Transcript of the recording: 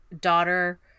Daughter